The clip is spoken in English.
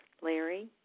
Larry